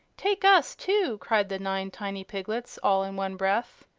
take us, too! cried the nine tiny piglets, all in one breath.